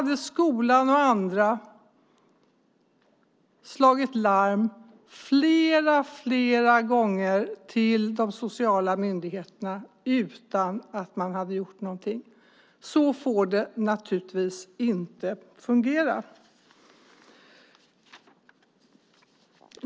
Skolan och andra hade slagit larm flera gånger till de sociala myndigheterna utan att man gjorde någonting. Så får det naturligtvis inte fungera.